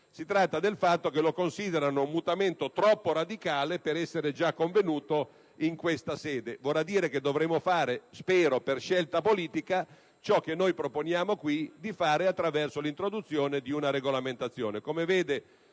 fino ad ora, lo considerano un mutamento troppo radicale per essere già convenuto in questa sede. Vorrà dire che dovremo fare, spero, per scelta politica ciò che proponiamo qui di fare con l'introduzione di una apposita norma